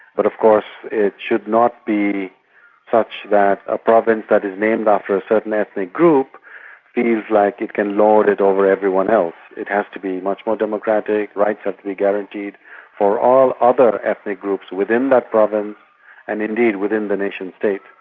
but of course it should not be such that a province that is named after a certain ethnic group feels like it can lord it over everyone else. it has to be much more democratic, rights have to be guaranteed for all other ethnic groups within that province and indeed within the nation-state.